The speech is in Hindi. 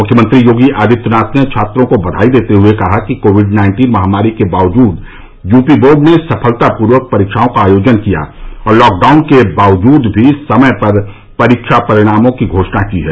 मुख्यमंत्री योगी आदित्यनाथ ने छात्रों को बधाई देते हुए कहा है कि कोविड नाइन्टीन महामारी के बावजूद यूपी बोर्ड ने सफलतापूर्वक परीक्षाओं का आयोजन किया और लॉकडाउन के बावजूद भी समय पर परीक्षा परिणामों की घोषणा की है